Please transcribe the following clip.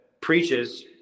preaches –